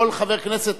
כל חבר כנסת,